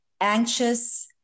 anxious